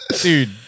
Dude